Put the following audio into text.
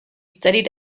studied